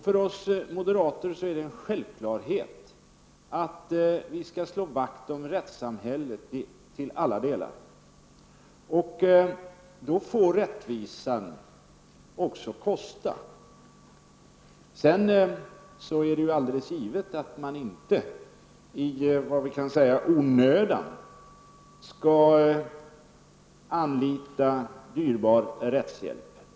För oss moderater är det en självklarhet att vi skall slå vakt om rättssamhället till alla delar. Då får rättvisan också kosta. Det är alldeles givet att man inte i onödan skall anlita dyrbar rättshjälp.